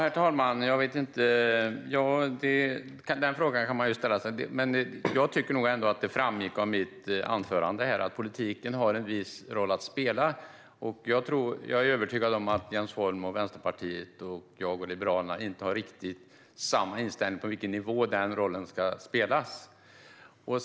Herr talman! Den frågan kan man ju ställa sig, men jag tycker nog ändå att det framgick av mitt anförande att politiken har en viss roll att spela. Jag är dock övertygad om att Jens Holm och Vänsterpartiet inte har riktigt samma inställning som jag och Liberalerna när det gäller vilken nivå den rollen ska spelas på.